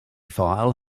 file